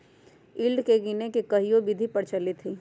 yield के गीनेए के कयहो विधि प्रचलित हइ